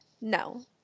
no